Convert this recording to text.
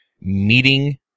meeting